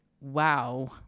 Wow